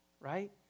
right